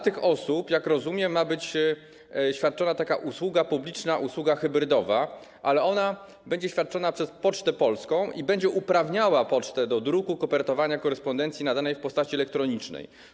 Tym osobom, jak rozumiem, ma być świadczona taka usługa publiczna, usługa hybrydowa, ona będzie świadczona przez Pocztę Polską i będzie uprawniała ją do druku, kopertowania korespondencji nadanej w postaci elektronicznej.